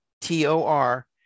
T-O-R